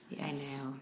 Yes